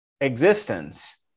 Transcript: existence